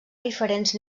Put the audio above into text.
diferents